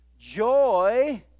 joy